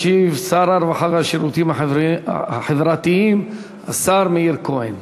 ישיב שר הרווחה והשירותים החברתיים, השר מאיר כהן.